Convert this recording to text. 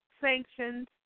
sanctions